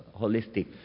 holistic